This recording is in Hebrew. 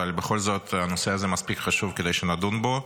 אבל בכל זאת הנושא הזה מספיק חשוב כדי שנדון בו.